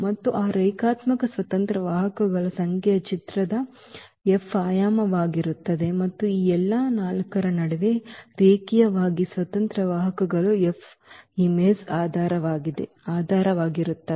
ಮತ್ತು ಆ ರೇಖಾತ್ಮಕ ಸ್ವತಂತ್ರ ವಾಹಕಗಳ ಸಂಖ್ಯೆಯು ಚಿತ್ರದ F ಆಯಾಮವಾಗಿರುತ್ತದೆ ಮತ್ತು ಈ ಎಲ್ಲ 4 ರ ನಡುವೆ ರೇಖೀಯವಾಗಿ ಸ್ವತಂತ್ರ ವಾಹಕಗಳು F ಚಿತ್ರದ ಆಧಾರವಾಗಿರುತ್ತವೆ